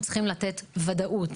אנחנו צריכים לתת ודאות,